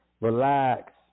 relax